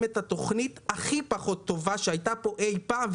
את התוכנית הכי פחות טובה שהייתה פה אי פעם.